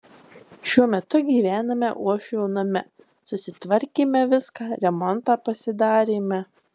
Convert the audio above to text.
šiuo metu gyvename uošvio name susitvarkėme viską remontą pasidarėme